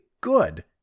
good